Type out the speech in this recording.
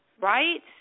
Right